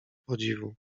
podziwu